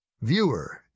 Viewer